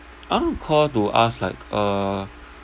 I want to call to ask like uh